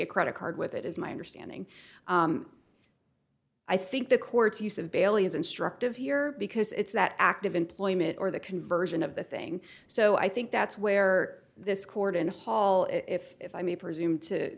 a credit card with it is my understanding i think the court's use of bailey is instructive here because it's that act of employment or the conversion of the thing so i think that's where this court and hall if i may presume to